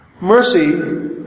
mercy